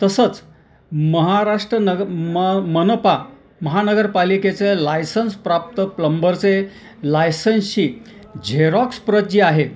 तसंच महाराष्ट्र नग म मनपा महानगरपालिकेचं लायसन्स प्राप्त प्लंबरचे लायसन्सशी झेरॉक्स प्रत जी आहे